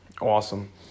Awesome